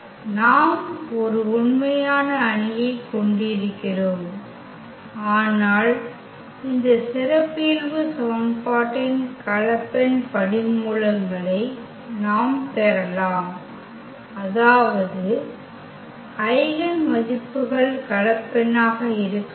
நாம் ஒரு உண்மையான அணியைக் கொண்டிருக்கிறோம் ஆனால் இந்த சிறப்பியல்பு சமன்பாட்டின் கலப்பெண் படிமூலங்களை நாம் பெறலாம் அதாவது ஐகென் மதிப்புகள் கலப்பெண்ணாக இருக்கலாம்